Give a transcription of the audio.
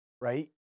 right